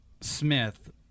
Smith